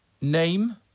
Name